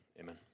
Amen